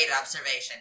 observation